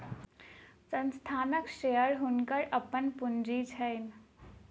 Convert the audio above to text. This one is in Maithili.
संस्थानक शेयर हुनकर अपन पूंजी छैन